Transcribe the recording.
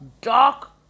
dark